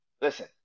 listen